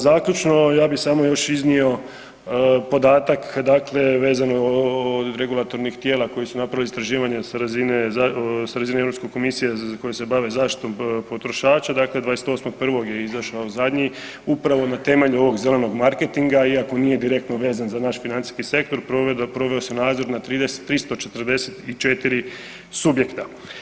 Zaključno, ja bi samo još iznio podatak dakle vezano od regulatornih tijela koja su napravila istraživanja sa razine Europske komisije koje se bave zaštitom potrošača, dakle 28. 1. je izašao zadnji, upravo na temelju ovog zelenog marketinga iako nije direktno vezan za naš financijski sektor, proveo se nadzor na 344 subjekta.